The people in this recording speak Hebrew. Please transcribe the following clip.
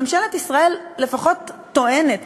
ממשלת ישראל לפחות טוענת,